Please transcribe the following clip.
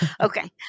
Okay